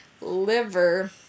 Liver